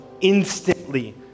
instantly